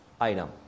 item